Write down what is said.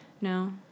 No